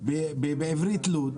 בעברית "לוד",